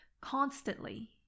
constantly